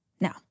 Now